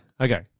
Okay